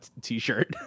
t-shirt